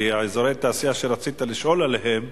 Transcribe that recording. כי אזורי תעשייה שרצית לשאול עליהם,